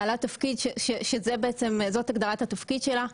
בעלת תפקיד שזה הגדרת התפקיד שלה: